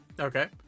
Okay